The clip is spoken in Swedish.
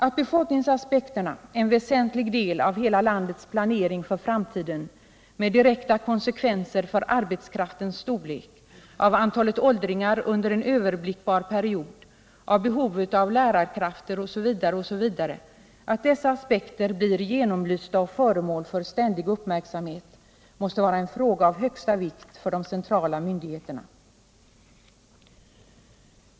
Att befolkningsaspekterna —en väsentlig del av hela landets planering för framtiden med direkta konsekvenser för arbetskraftens storlek, antalet åldringar under en överblickbar period, behovet av lärarkrafter osv. — blir genomlysta och föremål för ständig uppmärksamhet måste vara en fråga av högsta vikt för de centrala myndigheterna.